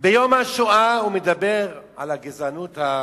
ביום השואה הוא מדבר על הגזענות הישראלית,